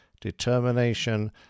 determination